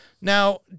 Now